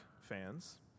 fans